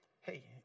Hey